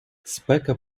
спека